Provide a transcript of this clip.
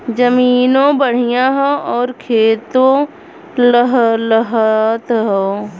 जमीनों बढ़िया हौ आउर खेतो लहलहात हौ